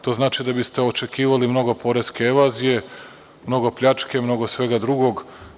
To znači da biste očekivali mnogo poreske evazije, mnogo pljačke, mnogo svega drugog.